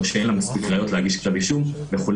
או שאין לה מספיק ראיות להגיש כתב אישום וכו',